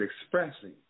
expressing